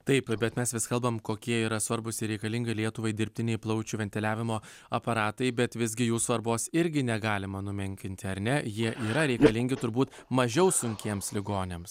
taip bet mes vis kalbam kokie yra svarbūs ir reikalingi lietuvai dirbtiniai plaučių ventiliavimo aparatai bet visgi jų svarbos irgi negalima numenkinti ar ne jie yra reikalingi turbūt mažiau sunkiems ligoniams